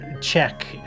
check